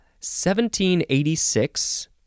1786